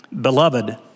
Beloved